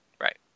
Right